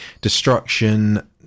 Destruction